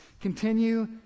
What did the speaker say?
Continue